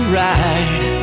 ride